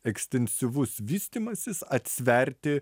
ekstensyvus vystymasis atsverti